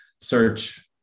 search